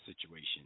situation